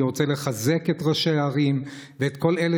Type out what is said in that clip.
אני רוצה לחזק את ראשי הערים ואת כל אלה